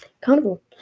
carnival